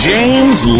James